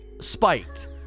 spiked